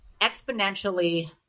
exponentially